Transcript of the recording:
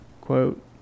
quote